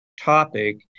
topic